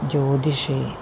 ज्योतिषे